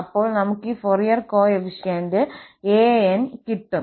അപ്പോൾ നമുക് ഈ ഫൊറിയർ കോഎഫിഷ്യന്റ് 𝑎𝑛 കിട്ടും